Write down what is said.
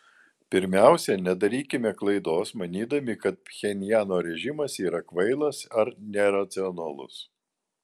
pirmiausia nedarykime klaidos manydami kad pchenjano režimas yra kvailas ar neracionalus